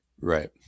Right